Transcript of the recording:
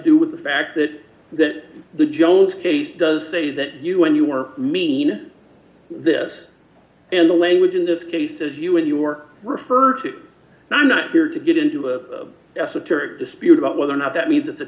do with the fact that that the jones case does say that you when you are mean this in the language in this case as you and your refer to i'm not here to get into a of esoteric dispute about whether or not that means that the